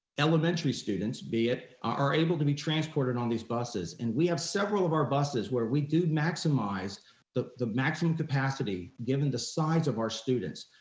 elementary students, be it are able to be transported on these buses and we have several of our buses where we do maximize the the maximum capacity given the size of our students.